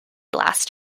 last